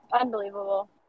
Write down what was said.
unbelievable